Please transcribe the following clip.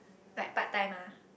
like part time ah